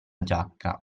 giacca